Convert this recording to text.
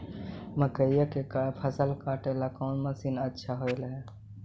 मकइया के फसल काटेला कौन मशीन अच्छा होव हई?